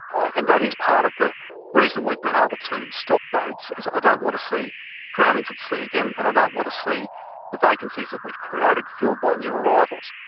and that is part of the reason we've been able to stop boats because i don't want to see drownings at sea again, and i don't want to see the vacancies that we've created filled by new arrivals